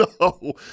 no